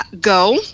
go